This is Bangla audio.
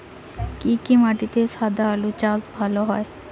কি কি মাটিতে সাদা আলু চাষ ভালো হয়?